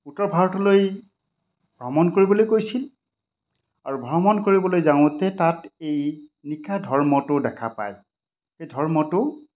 উত্তৰ ভাৰতলৈ ভ্ৰমণ কৰিবলৈ কৈছিল আৰু ভ্ৰমণ কৰিবলৈ যাওঁতে তাত এই নিশা ধৰ্মটো দেখা পায় সেই ধৰ্মটো